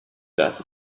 that